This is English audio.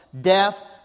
death